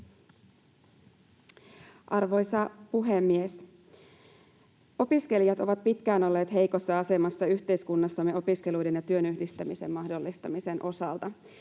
Arvoisa puhemies! Opiskelijat ovat pitkään olleet heikossa asemassa yhteiskunnassamme opiskeluiden ja työn yhdistämisen mahdollistamisen osalta.